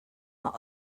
mae